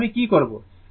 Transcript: এখন আমি কি করব